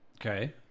Okay